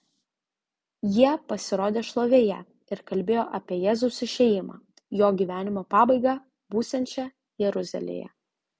jie pasirodė šlovėje ir kalbėjo apie jėzaus išėjimą jo gyvenimo pabaigą būsiančią jeruzalėje